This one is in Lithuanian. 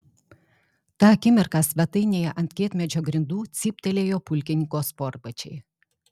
tą akimirką svetainėje ant kietmedžio grindų cyptelėjo pulkininko sportbačiai